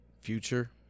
Future